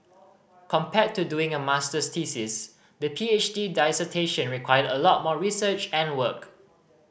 compared to doing a masters thesis the P H D dissertation required a lot more research and work